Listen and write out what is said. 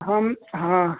हम हाँ